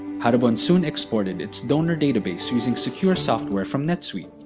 haribon soon exported its donor database using secure software from netsuite,